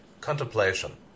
contemplation